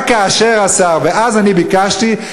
רק כאשר השר, ואז אני ביקשתי.